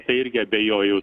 tai irgi abejoju